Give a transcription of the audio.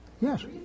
Yes